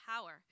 power